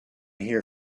here